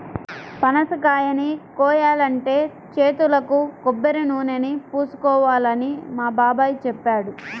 పనసకాయని కోయాలంటే చేతులకు కొబ్బరినూనెని పూసుకోవాలని మా బాబాయ్ చెప్పాడు